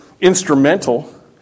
instrumental